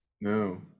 No